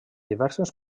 diverses